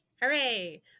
Hooray